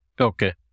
Okay